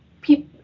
people